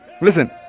Listen